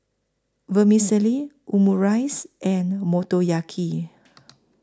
Vermicelli Omurice and Motoyaki